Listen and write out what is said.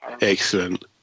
Excellent